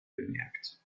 bemerkt